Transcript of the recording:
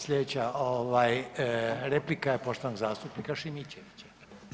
Sljedeća replika je poštovanog zastupnika Šimičevića.